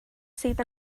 sydd